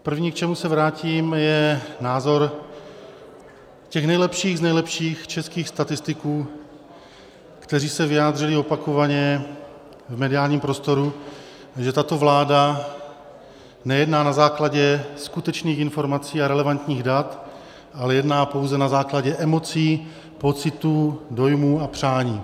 První, k čemu se vrátím, je názor těch nejlepších z nejlepších českých statistiků, kteří se vyjádřili opakovaně v mediálním prostoru, že tato vláda nejedná na základě skutečných informací a relevantních dat, ale jedná pouze na základě emocí, pocitů, dojmů a přání.